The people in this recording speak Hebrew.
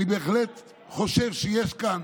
אני בהחלט חושב שיש כאן